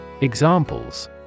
Examples